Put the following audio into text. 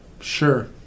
Sure